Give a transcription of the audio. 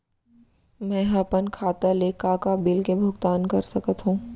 मैं ह अपन खाता ले का का बिल के भुगतान कर सकत हो